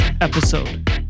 episode